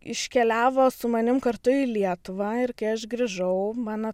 iškeliavo su manim kartu į lietuvą ir kai aš grįžau mano